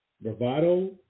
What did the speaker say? bravado